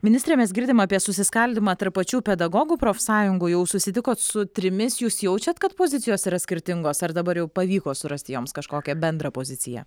ministre mes girdim apie susiskaldymą tarp pačių pedagogų profsąjungų jau susitikot su trimis jūs jaučiat kad pozicijos yra skirtingos ar dabar jau pavyko surasti joms kažkokią bendrą poziciją